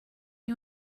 you